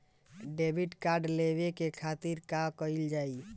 Debit card लेवे के खातिर का कइल जाइ?